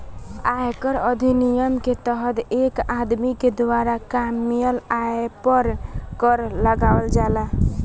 आयकर अधिनियम के तहत एक आदमी के द्वारा कामयिल आय पर कर लगावल जाला